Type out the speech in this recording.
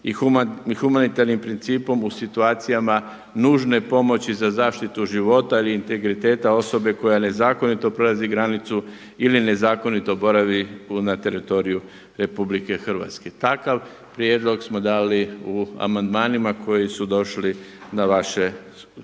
i humanitarnim principom u situacijama nužne pomoći za zaštitu života ili integriteta osobe koja nezakonito prelazi granicu ili nezakonito boravi na teritoriju Republike Hrvatske. Takav prijedlog smo dali u amandmanima koji su došli na vaše